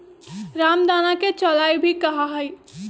रामदाना के चौलाई भी कहा हई